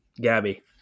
Gabby